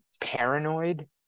paranoid